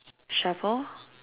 shovel